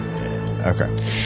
Okay